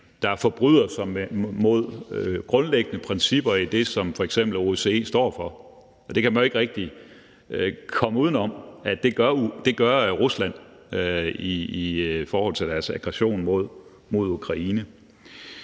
der forbryder sig mod grundlæggende principper som dem, som f.eks. OSCE står for. Man kan jo ikke rigtig komme uden om, at det gør Rusland i forhold til deres aggression mod Ukraine.